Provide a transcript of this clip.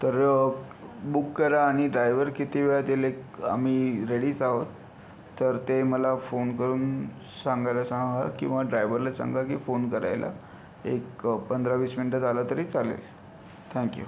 तर बुक करा आणि ड्रायव्हर किती वेळात येईल एक आम्ही रेडीच आहोत तर ते मला फोन करून सांगायला सांगा किंवा ड्रायव्हरला सांगा की फोन करायला एक पंधरा वीस मिनटात आला तरी चालेल थँक यू